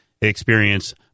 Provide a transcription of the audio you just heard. Experience